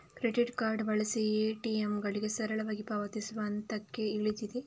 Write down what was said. credit card ಬಳಸಿ ಎ.ಟಿ.ಎಂಗಳಿಗೆ ಸರಳವಾಗಿ ಪಾವತಿಸುವ ಹಂತಕ್ಕೆ ಇಳಿದಿದೆ